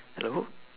hello